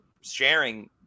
sharing